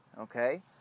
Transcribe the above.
Okay